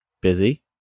busy